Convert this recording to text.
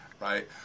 right